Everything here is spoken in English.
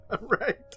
Right